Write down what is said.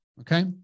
Okay